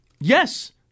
Yes